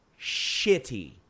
shitty